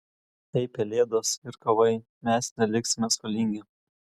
ei pelėdos ir kovai mes neliksime skolingi